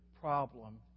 problem